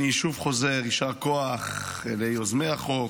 אני חוזר: יישר כוח ליוזמי החוק,